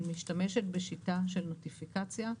היא משתמשת בשיטה של נוטיפיקציה,